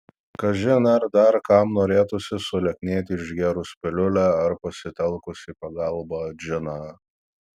kažin ar dar kam norėtųsi sulieknėti išgėrus piliulę ar pasitelkus į pagalbą džiną